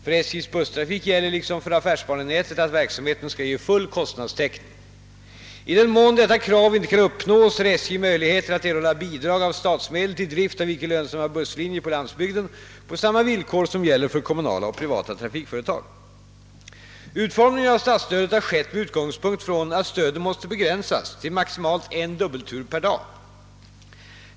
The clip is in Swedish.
För SJ:s busstrafik gäller, liksom för affärsbanenätet, att verksamheten skall ge full kostnadstäckning. I den mån detta krav inte kan uppnås har SJ möjligheter att erhålla bidrag av statsmedel till drift av icke lönsamma busslinjer på landsbygden på samma villkor som gäller för kommunala och privata trafikföretag. Utformningen av statsstödet har skett med utgångspunkt från att stödet måste begränsas till maximalt en dubbeltur per dag.